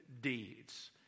deeds